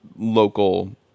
local